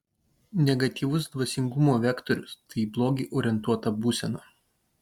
negatyvus dvasingumo vektorius tai į blogį orientuota būsena